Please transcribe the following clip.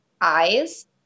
eyes